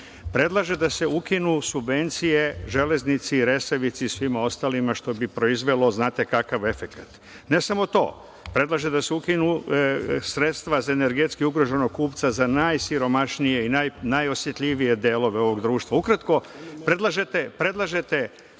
Predlaže da se ukinu subvencije „Železnici“, „Resavici“ i svima ostalima, što bi proizvelo znate kakav efekat. Ne samo to, predlaže da se ukinu sredstva za energetski ugroženog kupca za najsiromašnije i najosetljivije delove ovog društva. Ukratko, predlažete